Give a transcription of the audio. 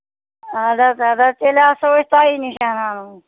ادٕ حظ اَدٕ حظ تیٚلہِ آسو أسی تۄہی نِش اَنان